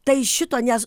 tai šito nes